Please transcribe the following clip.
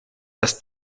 dass